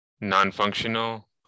non-functional